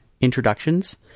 introductions